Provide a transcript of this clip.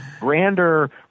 grander